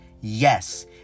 Yes